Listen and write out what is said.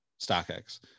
StockX